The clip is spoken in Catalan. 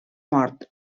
mort